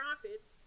profits